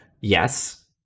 Yes